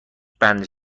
بند